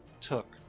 took